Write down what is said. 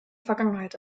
vergangenheit